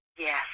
Yes